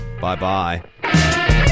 Bye-bye